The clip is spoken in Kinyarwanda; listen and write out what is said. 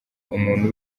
umuntu